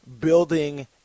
building